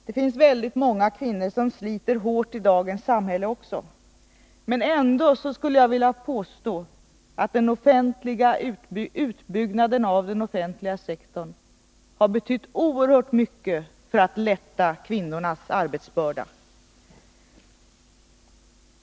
Det finns väldigt många kvinnor som sliter hårt i dagens samhälle också, men ändå skulle jag vilja påstå att utbyggnaden av den offentliga sektorn har betytt oerhört mycket för att lätta kvinnornas arbetsbörda.